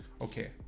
Okay